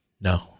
No